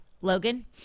Logan